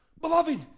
Beloved